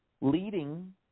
leading